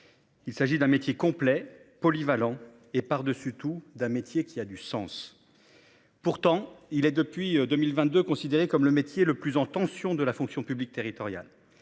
Il s'agit d'un métier complet, polyvalent et par dessus tout d'un métier qui a du sens. Pourtant il est depuis 2022, considéré comme le métier le plus en tension de la fonction publique territoriale.